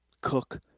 Cook